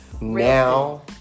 now